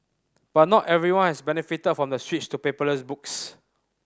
but not everyone has benefited from the switch to paperless books